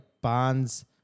Bonds